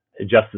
Justice